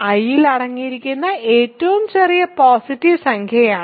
I ൽ അടങ്ങിയിരിക്കുന്ന ഏറ്റവും ചെറിയ പോസിറ്റീവ് സംഖ്യയാണ്